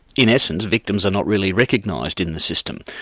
in essence, victims are not really recognised in the system.